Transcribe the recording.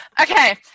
Okay